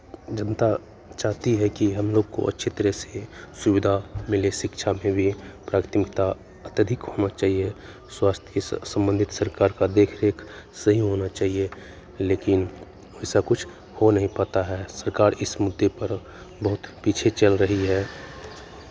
जनता चाहती है कि हम लोग को अच्छी तरह से सुविधा मिले शिक्षा में भी प्राथमिकता अत्यधिक होना चाहिए स्वास्थ्य के संबंधित सरकार का देख रेख सही होना चाहिए लेकिन ऐसा कुछ हो नहीं पाता है सरकार इस मुद्दे पर बहुत पीछे चल रही है